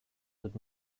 dut